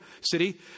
city